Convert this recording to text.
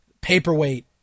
paperweight